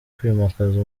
kwimakaza